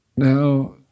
Now